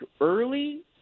early